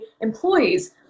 employees